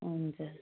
हुन्छ